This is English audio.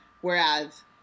Whereas